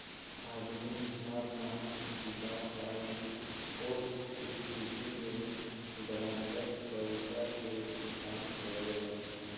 आदमी उधार ना चूका पायी ओह स्थिति में गारंटर पइसा के भुगतान करेलन